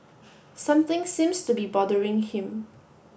something seems to be bothering him